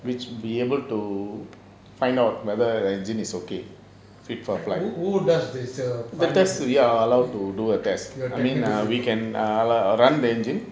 who does this your technical people